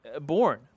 born